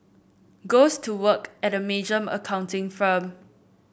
goes to work at a major accounting firm